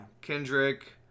Kendrick